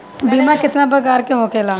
बीमा केतना प्रकार के होखे ला?